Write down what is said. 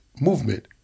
movement